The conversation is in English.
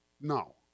No